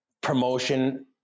promotion